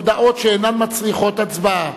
הודעות שאינן מצריכות הצבעה.